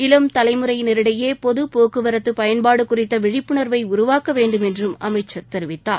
இளம் தலைமுறையினரிடையே பொது போக்குவரத்து குறித்த பயன்பாடு குறித்த விழிப்புணர்வை உருவாக்க வேண்டும் என்றும் அமைச்சர் தெரிவித்தார்